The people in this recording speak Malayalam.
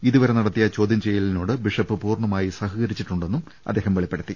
ഇതുവരെ ന നടത്തിയ ചോദൃംചെയ്യലിനോട് ബിഷപ്പ് പൂർണ്ണമായി സഹകരിച്ചിട്ടുണ്ടെന്നും അദ്ദേഹം വെളിപ്പെടുത്തി